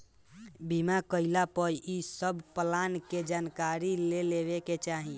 बीमा कईला पअ इ सब प्लान के जानकारी ले लेवे के चाही